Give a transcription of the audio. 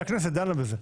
זה אומר שהכנסת דנה בזה.